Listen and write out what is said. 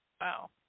Wow